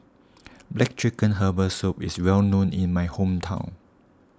Black Chicken Herbal Soup is well known in my hometown